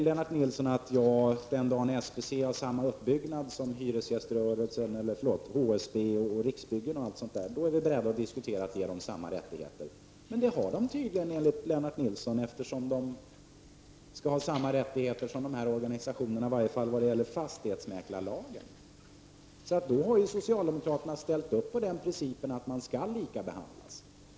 Lennart Nilsson sade att den dag SBC har samma uppbyggnad som bl.a. HSB och Riksbyggen är socialdemokraterna beredda att diskutera om SBC skall få samma rättigheter. Men enligt Lennart Nilsson har SBC tydligen samma uppbyggnad, eftersom SBC skall ha samma rättigheter som dessa organisationer, åtminstone när det gäller fastighetsmäklarlagen. Då har ju socialdemokraterna ställt sig bakom den principen att SBC skall likabehandlas.